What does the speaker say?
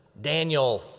Daniel